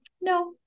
no